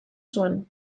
zuen